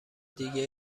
دیگه